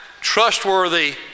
trustworthy